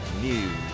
News